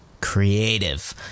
creative